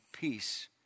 Peace